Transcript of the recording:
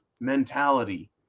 mentality